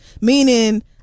Meaning